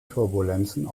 turbulenzen